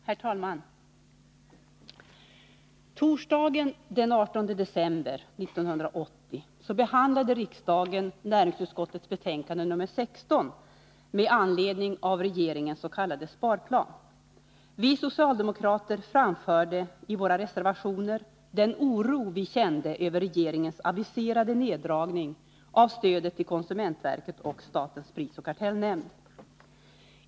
Herr talman! Torsdagen den 18 december 1980 behandlade riksdagen näringsutskottets betänkande nr 16 med anledning av regeringens s.k. sparplan. Vi socialdemokrater framförde i våra reservationer den oro vi kände över regeringens aviserade neddragning av stödet till konsumentverket och statens prisoch kartellnämnd.